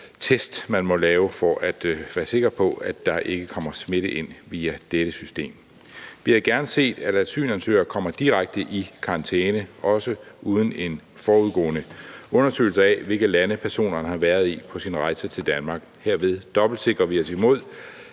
test, man må lave for at være sikker på, at der ikke kommer smitte ind via dette system. Vi havde gerne set, at asylansøgere kom direkte i karantæne, også uden en forudgående undersøgelse af, hvilke lande personerne har været i på deres rejse til Danmark. Herved dobbeltsikrer vi os imod,